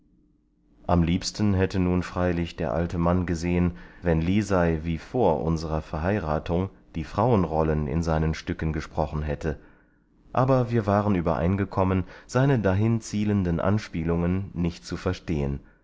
am liebsten hätte nun freilich der alte mann gesehen wenn lisei wie vor unserer verheiratung die frauenrollen in seinen stücken gesprochen hätte aber wir waren übereingekommen seine dahin zielenden anspielungen nicht zu verstehen